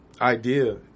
idea